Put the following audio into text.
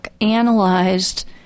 analyzed